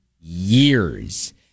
years